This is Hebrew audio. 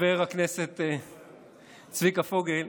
חבר הכנסת צביקה פוגל,